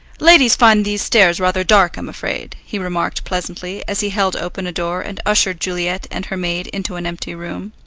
ladies find these stairs rather dark, i'm afraid, he remarked pleasantly, as he held open a door and ushered juliet and her maid into an empty room.